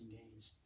games